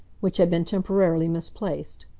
which had been temporarily misplaced.